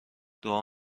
دعا